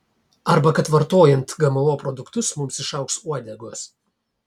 arba kad vartojant gmo produktus mums išaugs uodegos